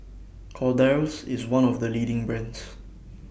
Kordel's IS one of The leading brands